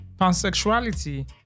pansexuality